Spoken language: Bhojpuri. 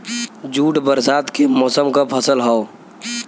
जूट बरसात के मौसम क फसल हौ